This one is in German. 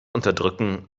unterdrücken